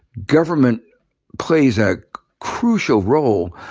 government plays a crucial role,